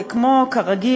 וכמו כרגיל,